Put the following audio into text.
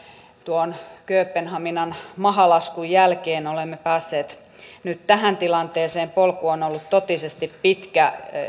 tuon kööpenhaminan mahalaskun jälkeen olemme päässeet nyt tähän tilanteeseen polku on ollut totisesti pitkä